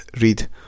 read